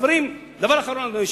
דבר אחרון, אדוני היושב-ראש.